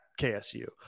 KSU